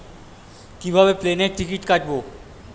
কিভাবে প্লেনের টিকিট কাটব?